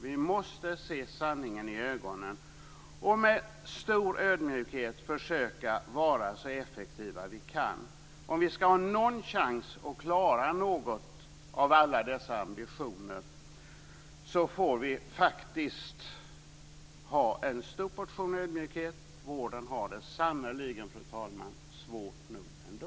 Vi måste se sanningen i ögonen och med stor ödmjukhet försöka vara så effektiva vi kan. Om vi skall ha någon chans att klara några av alla dessa ambitioner får vi faktiskt ha en stor portion ödmjukhet. Vården har det sannerligen, fru talman, svårt nog ändå.